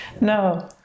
No